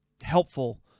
helpful